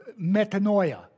metanoia